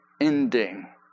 ending